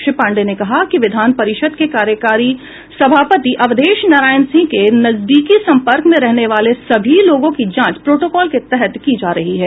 श्री पाण्डेय ने कहा कि विधान परिषद के कार्यकारी सभापति अवधेश नारायण सिंह के नजदीकी संपर्क में रहने वाले सभी लोगों की जांच प्रोटोकॉल के तहत की जा रही है